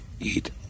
eat